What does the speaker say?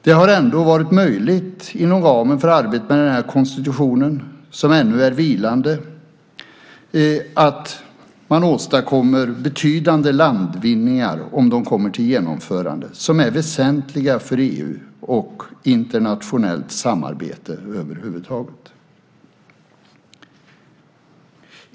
Det har ändå varit möjligt att inom ramen för arbetet med den här konstitutionen, som ännu är vilande, åstadkomma betydande landvinningar som om de kommer till genomförande är väsentliga för EU och internationellt samarbete över huvud taget.